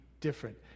different